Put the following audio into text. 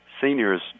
seniors